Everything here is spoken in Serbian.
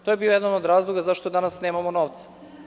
To je bio jedna od razloga zašto danas nemamo novca.